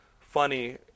funny